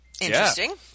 Interesting